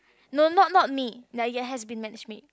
no not not me ya has been matched make